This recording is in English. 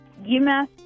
UMass